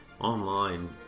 Online